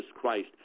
Christ